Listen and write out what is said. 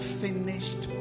finished